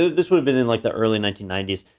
this would have been in like the early nineteen ninety s,